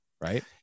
right